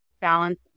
balance